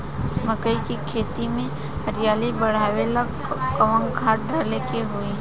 मकई के खेती में हरियाली बढ़ावेला कवन खाद डाले के होई?